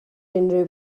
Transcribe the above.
unrhyw